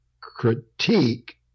critique